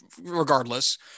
regardless